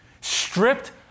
stripped